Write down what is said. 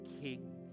King